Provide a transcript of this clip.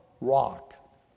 rock